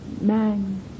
man